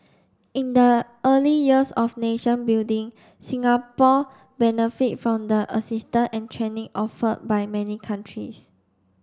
in the early years of nation building Singapore benefit from the assistance and training offered by many countries